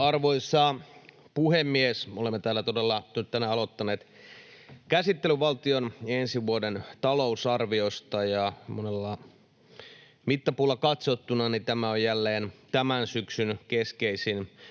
Arvoisa puhemies! Me olemme täällä todella tänään aloittaneet valtion ensi vuoden talousarvion käsittelyn, ja monella mittapuulla katsottuna tämä on jälleen tämän syksyn keskeisin asia,